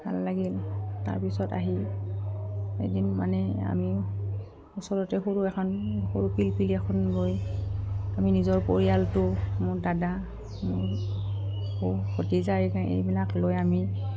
ভাল লাগিল তাৰপিছত আহি এদিন মানে আমি ওচৰতে সৰু এখন সৰু পিল পিল এখন লৈ আমি নিজৰ পৰিয়ালটো মোৰ দাদা মোৰ ভতিজা এইবিলাক লৈ আমি